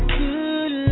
good